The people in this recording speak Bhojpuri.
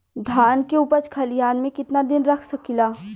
धान के उपज खलिहान मे कितना दिन रख सकि ला?